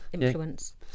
Influence